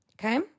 Okay